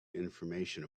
information